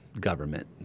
government